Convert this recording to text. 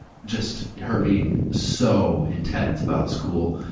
just her being so intense about school.